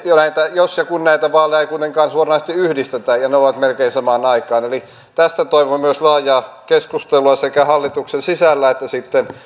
jos ja kun näitä vaaleja ei kuitenkaan suoranaisesti yhdistetä ja ne ovat melkein samaan aikaan eli tästä toivon myös laajaa keskustelua sekä hallituksen sisällä että sitten